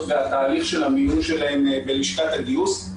והתהליך של המיון שלהן בלשכת הגיוס.